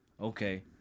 Okay